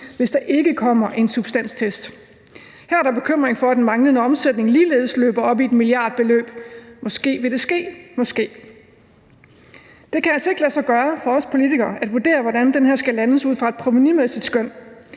hvis der ikke kommer en substanstest. Her er der bekymring for, at den manglende omsætning ligeledes løber op i et milliardbeløb – måske vil det ske. Det kan altså ikke lade sig gøre for os politikere at vurdere, hvordan det her skal landes ud fra et provenumæssigt skøn.